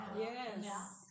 Yes